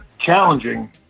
challenging